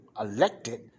elected